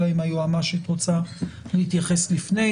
אלא אם היועמ"שית רוצה להתייחס לפני.